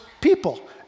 people